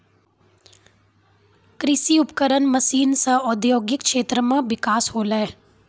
कृषि उपकरण मसीन सें औद्योगिक क्षेत्र म बिकास होलय